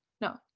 No